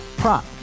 Prop